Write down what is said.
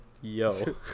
yo